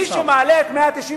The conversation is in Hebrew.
מי שמעלה את 194